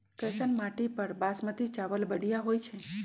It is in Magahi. कैसन माटी पर बासमती चावल बढ़िया होई छई?